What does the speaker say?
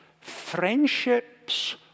friendships